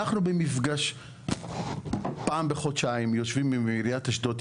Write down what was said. אנחנו במפגש פעם בחודשיים יושבים עם עיריית אשדוד,